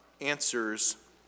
answers